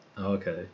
Okay